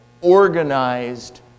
organized